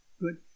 Good